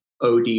OD